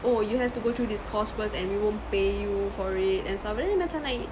oh you have to go through this course first and we won't pay you for it and stuff and then macam like